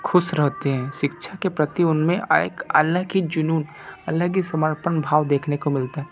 खुश रहते हैं शिक्षा के प्रति उनमें एक अलग ही जुनून अलग ही समर्पण भाव देखने को मिलता है